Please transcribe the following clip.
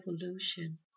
evolution